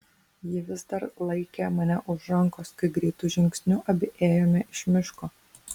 ji vis dar laikė mane už rankos kai greitu žingsniu abi ėjome iš miško